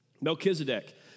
Melchizedek